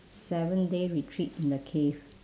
seven day retreat in the cave